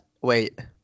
Wait